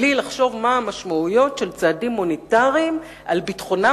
בלי לחשוב מה המשמעויות של צעדים מוניטריים לביטחונם